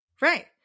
Right